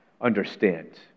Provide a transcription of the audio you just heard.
understand